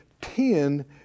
ten